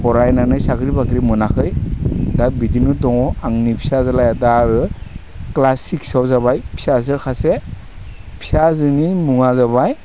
फरायनानै साख्रि बाख्रि मोनाखै दा बिदिनो दङ आंनि फिसाज्लाया आरो दा क्लास सिक्साव जाबाय फिसाजो खासे फिसाजोनि मुङा जाबाय